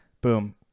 Boom